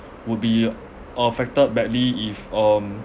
would be affected badly if um